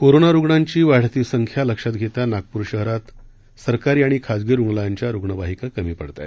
corona रुग्णांची वाढती संख्या लक्षात घेता नागपूर शहरात सरकारी आणि खाजगी रुग्णालयांच्या रूग्णवाहिका कमी पडत आहेत